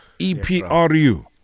EPRU